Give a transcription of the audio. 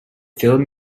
film